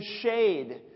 shade